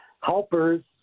helpers